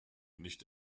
nicht